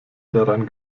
daran